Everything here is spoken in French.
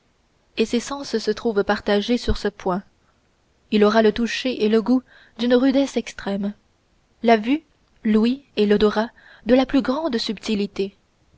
et ses sens se trouvant partagés sur ce point il aura le toucher et le goût d'une rudesse extrême la vue l'ouïe et l'odorat de la plus grande subtilité